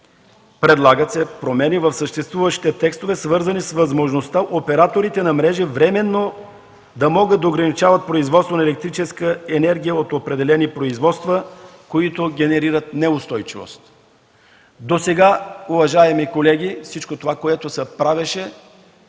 Предлагат се промени в съществуващите текстове, свързани с възможността операторите на мрежи временно да могат да ограничават производството на електрическа енергия от определени производства, които генерират неустойчивост. Досега, уважаеми колеги, всичко това, което се правеше,